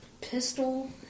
pistol